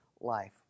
life